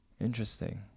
interesting